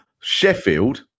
Sheffield